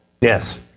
Yes